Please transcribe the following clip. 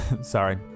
sorry